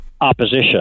opposition